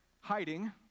hiding